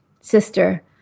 sister